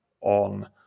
on